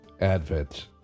Advent